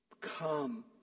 Come